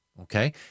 Okay